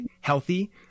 healthy